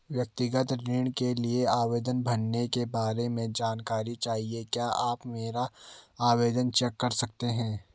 व्यक्तिगत ऋण के लिए आवेदन भरने के बारे में जानकारी चाहिए क्या आप मेरा आवेदन चेक कर सकते हैं?